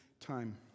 time